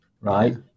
right